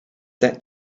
that